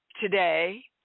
today